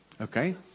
Okay